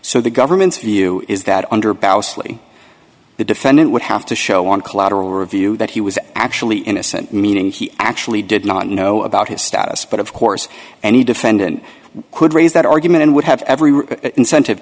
so the government's view is that under balsillie the defendant would have to show on collateral review that he was actually innocent meaning he actually did not know about his status but of course any defendant could raise that argument and would have every incentive